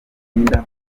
mama